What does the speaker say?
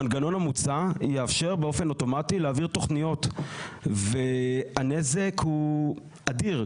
המנגנון המוצע יאפשר באופן אוטומטי להעביר תוכניות והנזק הוא אדיר.